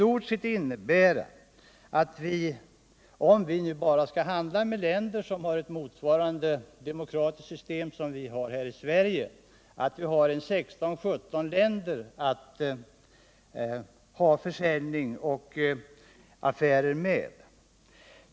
Om vi enbart skall handla med länder som har samma demokratiska system som vi har i Sverige, finns det endast 16 eller 17 länder som vi kan göra affärer med.